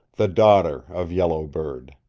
the daughter of yellow bird.